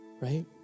right